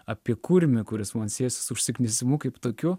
apie kurmį kuris man siejasi su užsiknisimu kaip tokiu